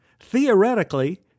Theoretically